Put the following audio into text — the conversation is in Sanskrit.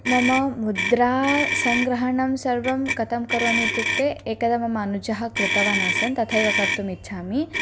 मम मुद्रासङ्ग्रहणं सर्वं कथं करोमि इत्युक्ते एकदा मम अनुजः कृतवान् आसन् तथैव कर्तुम् इच्छामि